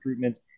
recruitments